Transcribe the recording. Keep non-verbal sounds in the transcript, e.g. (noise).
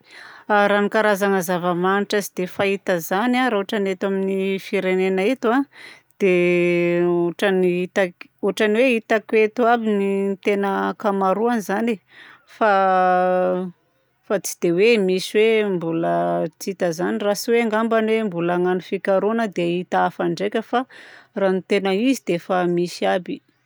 A (hesitation) raha ny karazagna zava-manitra tsy dia fahita izany a raha ohatra ny eto amin'ny firenenay eto dia ohatran'ny hitak- ohatran'ny hoe hitako eto aby ny tena ankamaroany izany e fa (hesitation) fa tsy dia hoe misy hoe mbola tsy hita izany raha tsy hoe angambany hoe mbola agnano fikarohana dia ahita hafa ndraika fa raha ny tena izy dia efa misy aby.